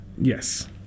Yes